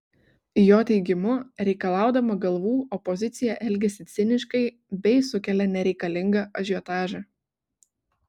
jo teigimu reikalaudama galvų opozicija elgiasi ciniškai bei sukelia nereikalingą ažiotažą